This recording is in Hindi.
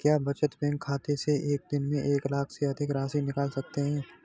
क्या बचत बैंक खाते से एक दिन में एक लाख से अधिक की राशि निकाल सकते हैं?